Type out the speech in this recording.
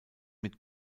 mit